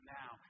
now